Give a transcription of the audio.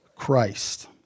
Christ